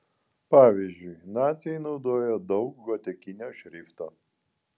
pavyzdžiui naciai naudojo daug gotikinio šrifto